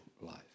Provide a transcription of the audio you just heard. life